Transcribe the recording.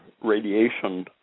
radiation